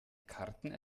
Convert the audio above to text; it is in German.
karten